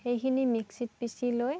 সেইখিনি মিক্সিত পিছি লৈ